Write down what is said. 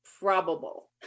probable